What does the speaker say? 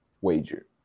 wager